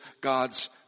God's